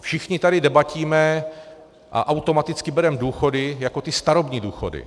Všichni tady debatíme a automaticky bereme důchody jako ty starobní důchody.